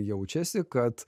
jaučiasi kad